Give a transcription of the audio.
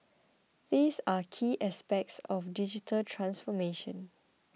these are key aspects of digital transformation